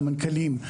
למנכ"לים,